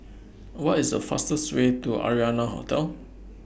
What IS The fastest Way to Arianna Hotel